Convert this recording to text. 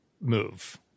move